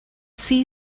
see